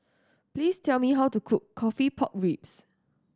please tell me how to cook coffee pork ribs